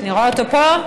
אני רואה אותו פה,